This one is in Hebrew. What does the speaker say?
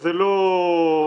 שזה לא מקרקעין